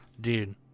Dude